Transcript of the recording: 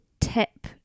tip